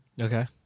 Okay